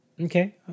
Okay